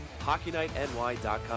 HockeyNightNY.com